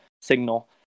signal